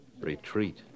Retreat